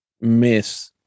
miss